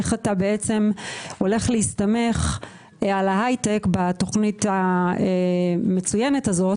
איך אתה הולך להסתמך על ההייטק בתוכנית המצוינת הזו,